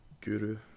guru